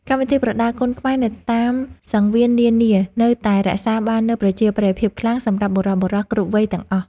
កម្មវិធីប្រដាល់គុនខ្មែរនៅតាមសង្វៀននានានៅតែរក្សាបាននូវប្រជាប្រិយភាពខ្លាំងសម្រាប់បុរសៗគ្រប់វ័យទាំងអស់។